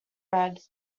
red